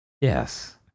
Yes